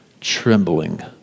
trembling